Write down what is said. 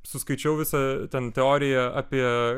suskaičiau visą tą teoriją apie